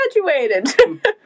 graduated